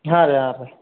ಹಾಂ ರೀ ಹಾಂ ರೀ